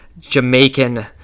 Jamaican